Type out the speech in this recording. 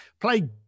play